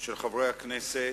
של חברי הכנסת.